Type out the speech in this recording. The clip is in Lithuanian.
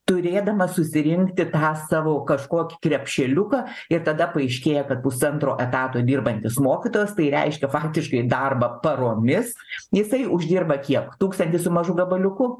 turėdamas susirinkti tą savo kažkokį krepšeliuką ir tada paaiškėja kad pusantro etato dirbantis mokytojas tai reiškia faktiškai darbą paromis jisai uždirba kiek tūkstantį su mažų gabaliuku